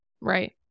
Right